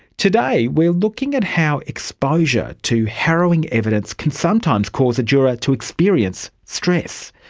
today we're looking at how exposure to harrowing evidence can sometimes cause a juror to experience stress.